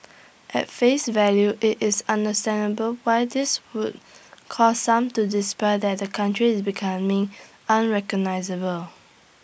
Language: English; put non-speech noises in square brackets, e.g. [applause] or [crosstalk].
[noise] at face value IT is understandable why this would cause some to despair that the country is becoming unrecognisable